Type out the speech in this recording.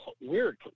weird